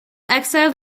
exiled